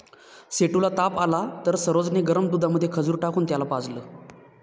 सेठू ला ताप आला तर सरोज ने गरम दुधामध्ये खजूर टाकून त्याला पाजलं